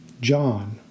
John